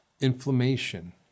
inflammation